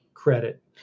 credit